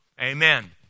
Amen